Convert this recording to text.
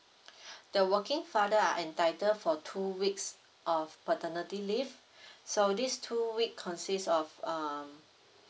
the working father are entitled for two weeks of paternity leave so these two week consists of um